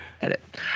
edit